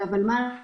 אז מה יש